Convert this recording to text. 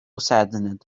saddened